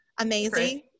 amazing